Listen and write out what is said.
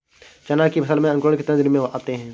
चना की फसल में अंकुरण कितने दिन में आते हैं?